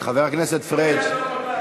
חבר הכנסת פריג'.